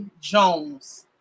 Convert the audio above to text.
Jones